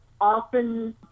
often